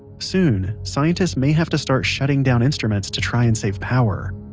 soon, scientists may have to start shutting down instruments to try and save power.